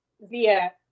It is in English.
via